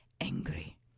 angry